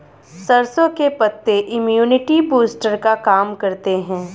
सरसों के पत्ते इम्युनिटी बूस्टर का काम करते है